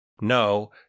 no